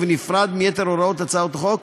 ובנפרד מיתר הוראות הצעת החוק,